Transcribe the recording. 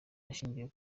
hashingiwe